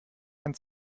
ein